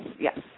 yes